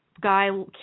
guy